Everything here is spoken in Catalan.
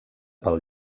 pel